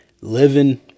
Living